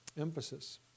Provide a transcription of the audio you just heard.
emphasis